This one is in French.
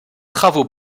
travaux